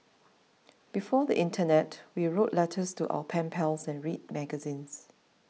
before the internet we wrote letters to our pen pals and read magazines